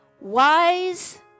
wise